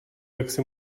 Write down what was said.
jaksi